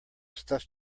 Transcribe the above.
stuffed